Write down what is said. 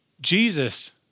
Jesus